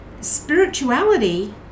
spirituality